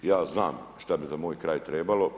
Ja znam šta bi za moj kraj trebalo.